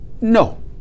no